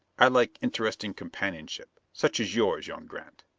i like interesting companionship, such as yours, young grant.